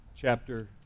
chapter